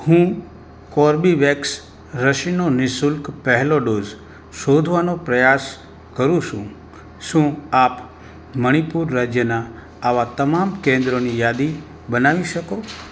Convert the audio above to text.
હું કોબીર્વેક્સ રસીનો નિઃશુલ્ક પહેલો ડોઝ શોધવાનો પ્રયાસ કરું છું શું આપ મણિપુર રાજ્યનાં આવાં તમામ કેન્દ્રોની યાદી બનાવી શકો